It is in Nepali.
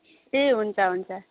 ए हुन्छ हुन्छ